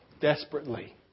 desperately